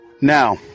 Now